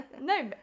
No